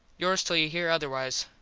yours till you here otherwise,